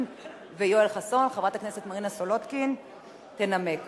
חברת הכנסת מרינה סולודקין תנמק.